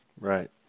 right